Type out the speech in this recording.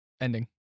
Ending